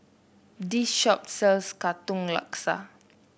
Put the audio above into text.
this shop sells Katong Laksa